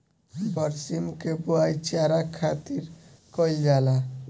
बरसीम के बोआई चारा खातिर कईल जाला